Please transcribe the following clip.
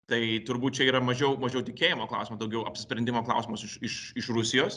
tai turbūt čia yra mažiau mažiau tikėjimo klausimas daugiau apsisprendimo klausimas iš iš iš rusijos